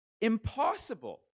impossible